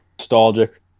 nostalgic